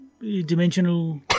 dimensional